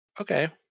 Okay